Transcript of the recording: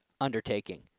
undertaking